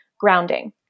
grounding